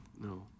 No